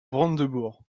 brandebourg